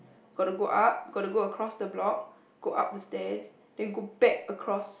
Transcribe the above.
got to go up got to go across the block go up the stairs then go back across